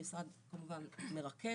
המשרד כמובן מרכז,